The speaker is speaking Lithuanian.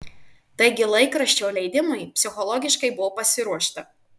taigi laikraščio leidimui psichologiškai buvo pasiruošta